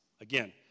Again